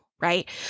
right